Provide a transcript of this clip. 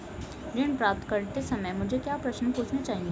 ऋण प्राप्त करते समय मुझे क्या प्रश्न पूछने चाहिए?